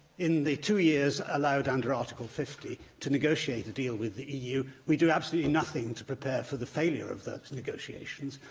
in the two years allowed under article fifty to negotiate a deal with the eu, we do absolutely nothing to prepare for the failure of those negotiations,